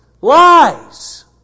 lies